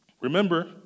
Remember